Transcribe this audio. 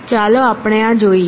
ચાલો આપણે આ જોઈએ